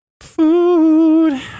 Food